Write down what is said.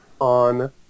on